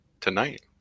tonight